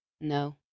No